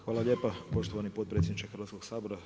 Hvala lijepa poštovani potpredsjedniče Hrvatskog sabora.